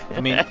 i mean.